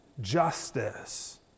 justice